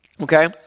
Okay